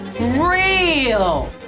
real